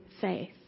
faith